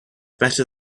better